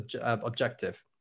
objective